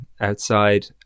outside